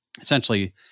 essentially